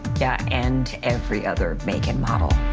yeah and every other make and model.